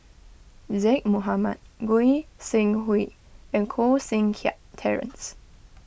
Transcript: Zaqy Mohamad Goi Seng Hui and Koh Seng Kiat Terence